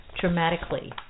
dramatically